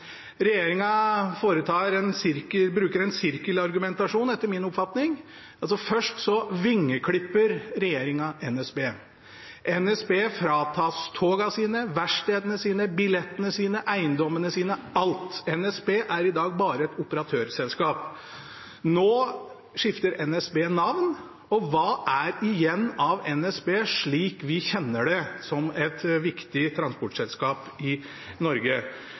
bruker en sirkelargumentasjon, etter min oppfatning: Først vingeklipper regjeringen NSB. NSB fratas togene sine, verkstedene sine, billettene sine, eiendommene sine – alt. NSB er i dag bare et operatørselskap. Nå skifter NSB navn, og hva er igjen av NSB, slik vi kjenner det, som et viktig transportselskap i Norge?